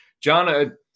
John